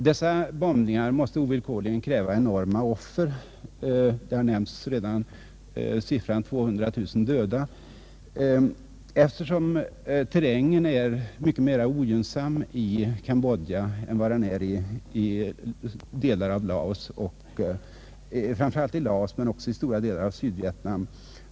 Dessa bombningar måste ovillkorligen kräva enorma offer — det har redan nämnts siffran 200 000 döda — eftersom terrängen är mycket mera ogynnsam i Kambodja än vad den är framför allt i Laos men också i stora delar av Sydvietnam.